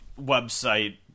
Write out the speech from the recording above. website